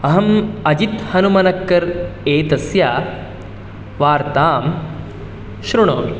अहम् अजित् हनुमनक्कनर् एतस्य वार्तां श्रुणोमि